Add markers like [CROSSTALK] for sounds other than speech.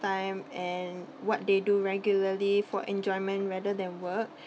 time and what they do regularly for enjoyment rather than work [BREATH]